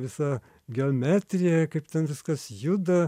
visa geometrija kaip ten viskas juda